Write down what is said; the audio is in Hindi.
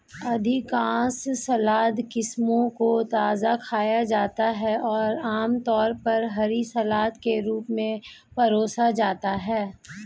अधिकांश सलाद किस्मों को ताजा खाया जाता है और आमतौर पर हरी सलाद के रूप में परोसा जाता है